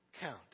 count